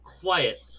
quiet